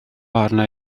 arna